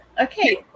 okay